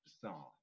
song